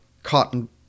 cotton